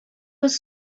was